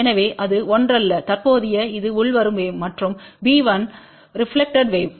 எனவே அது ஒன்றல்ல தற்போதைய இது உள்வரும் வேவ் மற்றும் B1ரெப்லக்க்ஷன்கும் வேவ்